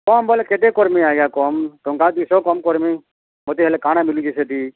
କମ୍ ବୋଲେ କେତେ କର୍ମି ଆଜ୍ଞା କମ୍ ଟଙ୍କା ଦୁଇଶହ କମ୍ କର୍ମି ମୋତେ ହେଲେ କାଣା ମିଲୁଛି ସେଠି